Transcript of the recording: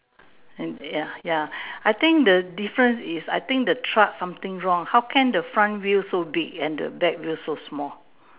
and ya ya I think the difference is I think the truck something wrong how can the front wheel and the back wheel so small